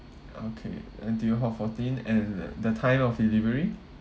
okay N_T_U hall fourteen and the time of delivery